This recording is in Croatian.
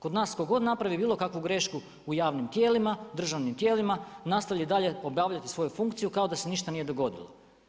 Kod nas tko god napravi bilo kakvu grešku u javnim tijelima, državnim tijelima, nastavlja i dalje obavljati svoju funkciju kao da se ništa nije dogodilo.